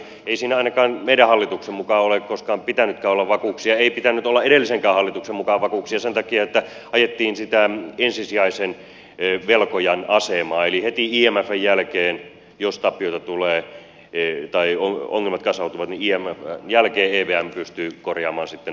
ei siinä ainakaan meidän hallituksen mukaan ole koskaan pitänytkään olla vakuuksia ei pitänyt olla edellisenkään hallituksen mukaan vakuuksia sen takia että ajettiin sitä ensisijaisen velkojan asemaa eli heti imfn jälkeen jos tappioita tulee tai ongelmat kasautuvat evm pystyy korjaamaan sitten omat saatavansa